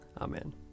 Amen